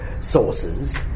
sources